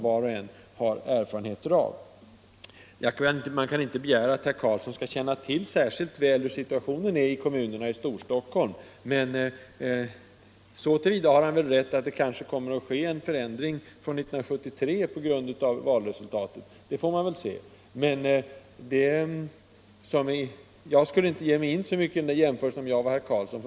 Man kan inte begära att herr Karlsson särskilt väl skall känna till hur situationen är i kommunerna i Storstockholm. Men så till vida har han väl rätt att det kanske kommer att ske en förändring från 1973 på grund av valresultatet. Det får man väl se. Men jag skulle inte ge mig in så mycket på den jämförelsen om jag vore herr Karlsson.